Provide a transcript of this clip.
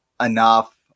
enough